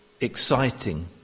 Exciting